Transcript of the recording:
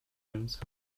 rooms